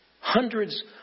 Hundreds